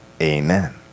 Amen